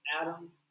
Adam